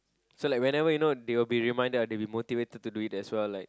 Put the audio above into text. so like whenever you know they will be reminded and motivated to do it as well